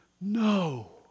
No